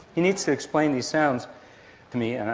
he needs to explain these sounds to me, and i